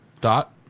Dot